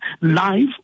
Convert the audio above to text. live